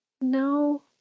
No